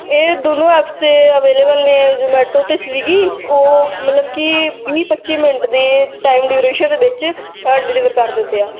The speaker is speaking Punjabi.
ਇਹ ਦੋਨੋਂ ਐਪਸ 'ਤੇ ਅਵੇਲੇਬਲ ਨੇ ਜਮੈਟੋ ਅਤੇ ਸਵੀਗੀ ਉਹ ਮਤਲਬ ਕਿ ਵੀਹ ਪੱਚੀ ਮਿੰਟ ਦੀ ਟਾਈਮ ਡਿਊਰੇਸ਼ਨ ਦੇ ਵਿੱਚ ਅ ਡਿਲੀਵਰ ਕਰ ਦਿੱਤੇ ਆ